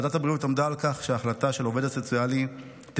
ועדת הבריאות עמדה על כך שההחלטה של העובד הסוציאלי תגובה